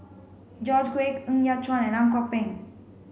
George Quek Ng Yat Chuan and Ang Kok Peng